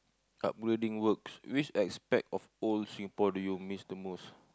upgrading works which aspect of old Singapore do you miss the most